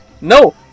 No